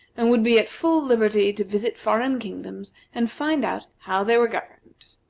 and would be at full liberty to visit foreign kingdoms, and find out how they were governed.